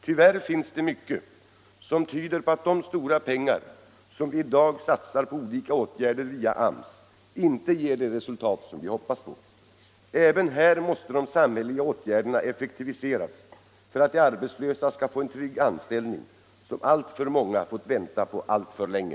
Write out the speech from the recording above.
Tyvärr finns det mycket som tyder på att de stora pengar vi i dag satsar på olika åtgärder via AMS inte ger de resultat som vi hoppas på. Även här måste de samhälleliga åtgärderna effektiviseras för att de arbetslösa skall få en trygg anställning, något som alltför många fått vänta på alltför länge.